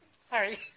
sorry